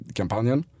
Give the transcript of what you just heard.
kampanjen